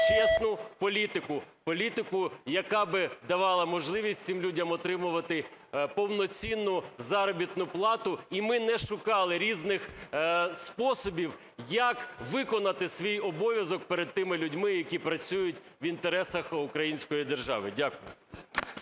чесну політику, політику, яка би давала можливість цим людям отримувати повноцінну заробітну плату, і ми не шукали різних способів, як виконати свій обов'язок перед тими людьми, які працюють в інтересах української держави. Дякую.